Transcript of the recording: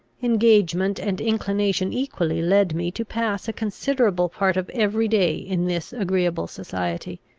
engagement and inclination equally led me to pass a considerable part of every day in this agreeable society.